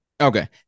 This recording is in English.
Okay